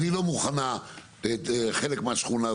אני לא מוכנה חלק מהשכונה,